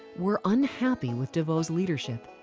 were unhappy with devoe's leadership.